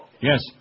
Yes